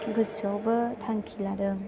गोसोआवबो थांखि लादों